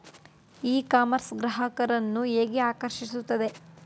E commerce ಗ್ರಾಹಕರನ್ನು ಹೇಗೆ ಆಕರ್ಷಿಸುತ್ತದೆ?